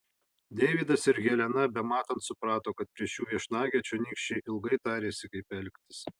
deividas ir helena bematant suprato kad prieš jų viešnagę čionykščiai ilgai tarėsi kaip elgtis